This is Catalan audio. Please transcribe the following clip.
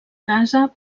casa